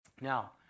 Now